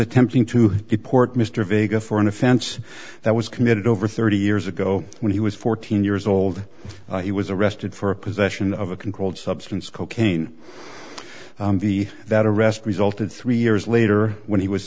attempting to deport mr vega for an offense that was committed over thirty years ago when he was fourteen years old he was arrested for possession of a controlled substance cocaine the that arrest resulted three years later when he was